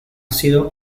sido